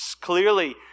clearly